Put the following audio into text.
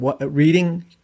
reading